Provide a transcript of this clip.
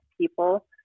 people